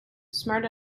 smart